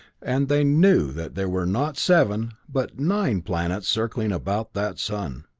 and they knew that there were not seven, but nine planets circling about that sun.